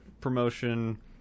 promotion